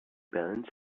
balance